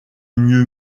mieux